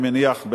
אני מניח,